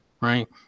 right